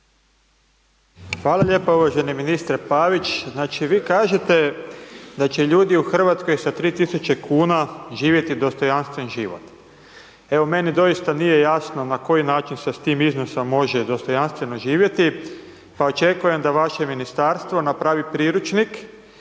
Hvala lijepo. Uvaženi ministre Pavić, vi kažete da će ljudi u Hrvatskoj sa 3000 kn živjeti dostojanstven život. Meni doista nije jasno na koji način se s tim iznosom može dostojanstveno živjeti, pa očekujem da vaše ministarstvo napravi priručnik